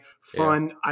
fun